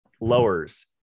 lowers